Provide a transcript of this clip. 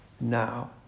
now